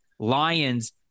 lions